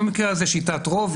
במקרה הזה שיטת רוב,